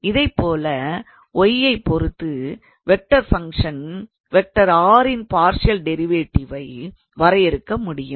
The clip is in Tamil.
இதைப்போல y ஐ பொறுத்து வெக்டார் ஃபங்க்ஷன் 𝑟⃗ இன் பார்ஷியல் டிரைவேட்டிவை வரையறுக்க முடியும்